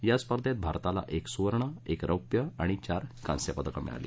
या स्पर्धेत भारताला एक सुवर्ण एक रौप्य आणि चार कांस्य पदकं मिळाली